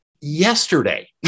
yesterday